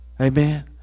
Amen